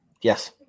Yes